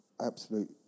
absolute